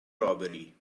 robbery